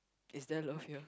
is there love here